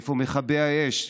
איפה מכבי האש?